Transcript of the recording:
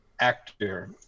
actor